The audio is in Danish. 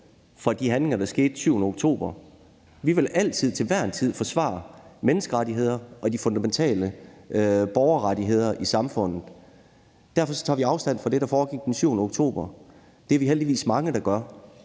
fra de handlinger, der fandt sted den 7. oktober. Vi vil til enhver tid forsvare menneskerettigheder og de fundamentale borgerrettigheder i samfundet, og derfor tager vi afstand fra det, der foregik den 7. oktober. Det er vi heldigvis mange der gør.